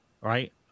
right